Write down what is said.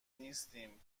نیستیم